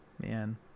Man